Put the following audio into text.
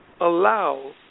allow